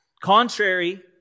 contrary